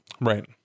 right